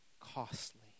costly